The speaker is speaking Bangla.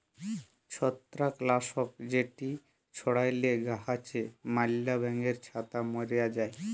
ছত্রাক লাসক যেট ছড়াইলে গাহাচে ম্যালা ব্যাঙের ছাতা ম্যরে যায়